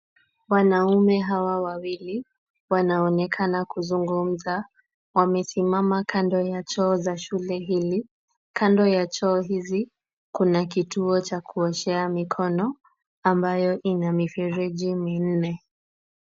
Wanaume hawa wawili wanaonekana kuzungumza. Wamesimama kando ya choo za shule hii. Kando ya choo hizi, kuna kituo cha kuoshea mikono ambayo ina mifereji minne.